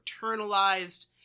internalized